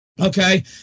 Okay